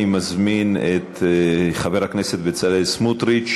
אני מזמין את חבר הכנסת בצלאל סמוטריץ,